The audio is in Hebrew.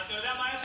אתה יודע מה היה שם?